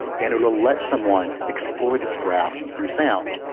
and it will let someone explore this graph through sound.